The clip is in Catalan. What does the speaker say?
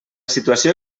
situació